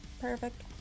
perfect